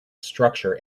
structure